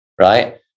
right